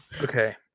okay